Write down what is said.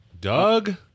Doug